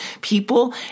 people